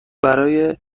روز